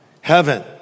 Heaven